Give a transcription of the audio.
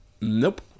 nope